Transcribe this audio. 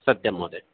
सत्यं महोदय